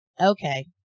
okay